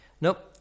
Nope